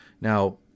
Now